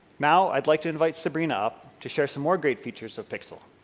now i'd like to invite sabrina up to share some more great features of pixel,